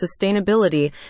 sustainability